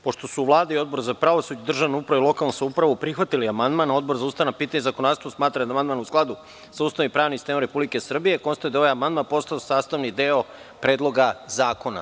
Pošto su Vlada i Odbor za pravosuđe, državnu upravu i lokalnu samoupravu prihvatili amandman, a Odbor za ustavna pitanja i zakonodavstvo smatra da je amandman u skladu sa Ustavom i pravnim sistemom Republike Srbije, konstatujem da je ovaj amandman postao sastavni deo Predloga zakona.